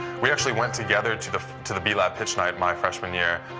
we actually went together to the to the b-lab pitch night my freshman year.